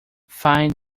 find